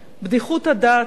בדיחות הדעת שלך,